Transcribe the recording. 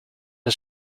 are